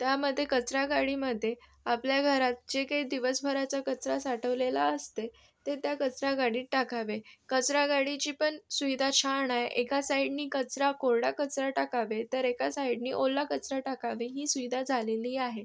त्यामध्ये कचरागाडीमध्ये आपल्या घरात जे काही दिवसभराचा कचरा साठवलेला असते ते त्या कचरागाडीत टाकावे कचरागाडीची पण सुविधा छान आहे एका साईडने कचरा कोरडा कचरा टाकावे तर एका साईडने ओला कचरा टाकावे ही सुविधा झालेली आहे